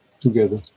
together